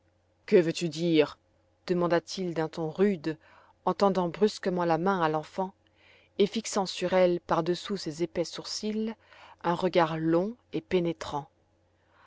que veux-tu dire demanda-t-il d'un ton rude en tendant brusquement la main à l'enfant et fixant sur elle par-dessous ses épais sourcils un regard long et pénétrant